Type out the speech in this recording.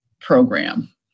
program